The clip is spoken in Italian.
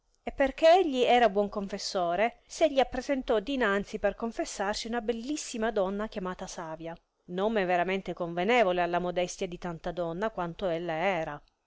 e perchè egli era buon confessore se gli appresentò dinanzi per confessarsi una bellissima donna chiamata savia nome veramente convenevole alla modestia di tanta donna quanto ella era